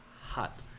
hot